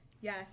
yes